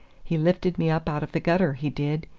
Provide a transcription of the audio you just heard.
he lifted me up out of the gutter, he did.